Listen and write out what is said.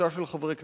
קבוצה של חברי כנסת,